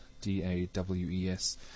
D-A-W-E-S